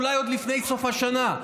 אולי עוד לפני סוף השנה,